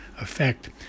Effect